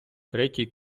третій